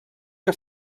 que